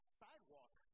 sidewalk